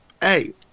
Hey